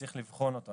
וצריך לבחון אותו.